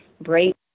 break